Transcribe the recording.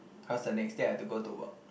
cause the next day I have to go to work